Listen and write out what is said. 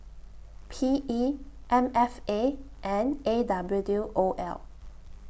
P E M F A and A W O L